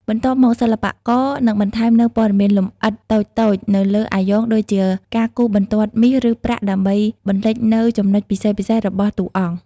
បន្ទាប់មក សិល្បករនឹងបន្ថែមនូវព័ត៌មានលម្អិតតូចៗទៅលើអាយ៉ងដូចជាការគូសបន្ទាត់មាសឬប្រាក់ដើម្បីបន្លិចនូវចំណុចពិសេសៗរបស់តួអង្គ។